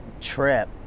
trip